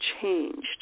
changed